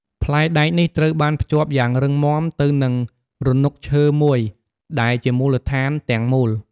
ផ្លែដែកនេះត្រូវបានភ្ជាប់យ៉ាងរឹងមាំទៅនឹងរនុកឈើមួយដែលជាមូលដ្ឋានទាំងមូល។